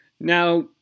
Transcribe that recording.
Now